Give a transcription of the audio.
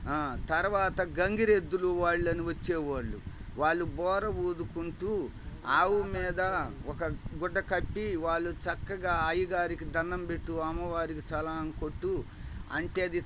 తరువాత గంగిరెద్దులు వాళ్ళని వచ్చేవాళ్ళు వాళ్ళు బూర ఊదుకుంటూ ఆవు మీద ఒక గుడ్డ కట్టి వాళ్ళు చక్కగా అయ్యగారికి దండం పెట్టు అమ్మవారికి సలాం కొట్టు అంటే అది